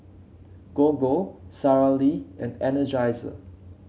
Gogo Sara Lee and Energizer